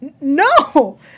No